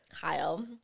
Kyle